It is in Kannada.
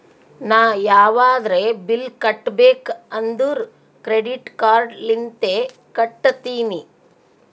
ನಾ ಯಾವದ್ರೆ ಬಿಲ್ ಕಟ್ಟಬೇಕ್ ಅಂದುರ್ ಕ್ರೆಡಿಟ್ ಕಾರ್ಡ್ ಲಿಂತೆ ಕಟ್ಟತ್ತಿನಿ